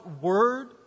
Word